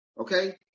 Okay